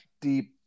deep